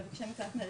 (מתפרצת)